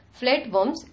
flatworms